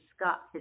Scott